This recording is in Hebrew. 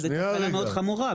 זו תקלה מאוד חמורה.